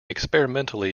experimentally